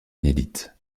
inédite